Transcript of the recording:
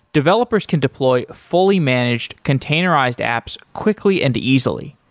developers can deploy fully managed containerized apps quickly and easily.